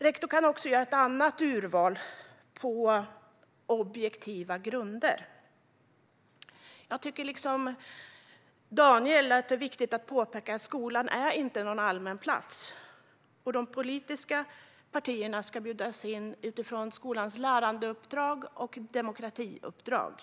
Rektorn kan också göra ett annat urval på objektiva grunder. Jag tycker liksom Daniel att det är viktigt att påpeka att skolan inte är en allmän plats. De politiska partierna ska bjudas in utifrån skolans lärandeuppdrag och demokratiuppdrag.